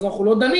אנחנו לא דנים,